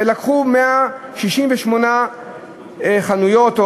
ולקחו 168 חנויות,